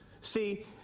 see